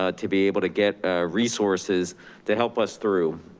ah to be able to get ah resources to help us through.